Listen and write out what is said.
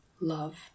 love